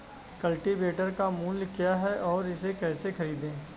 Cultivator का मूल्य क्या है और इसे कैसे खरीदें?